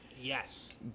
Yes